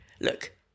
look